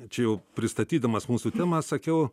čia jau pristatydamas mūsų temą sakiau